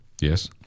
Yes